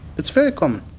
it's very common.